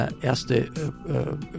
erste